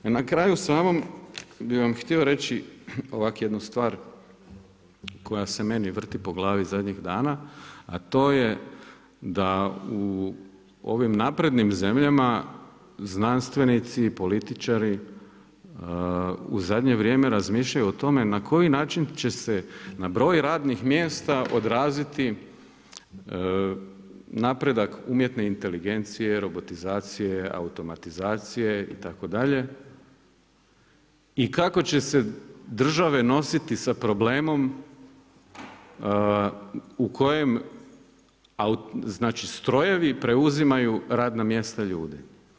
Na kraju samom bih vam htio reći ovak jednu stvar koja se meni vrti po glavi zadnjih dana, a to je da u ovim naprednim zemljama znanstvenici, političari u zadnje vrijeme razmišljaju o tome na koji način će se na broj radnih mjesta odraziti napredak umjetne inteligencije, robotizacije, automatizacije itd. i kako će se države nositi sa problemom u kojem strojevi preuzimaju radna mjesta ljudi.